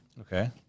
Okay